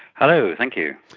hello, thank you.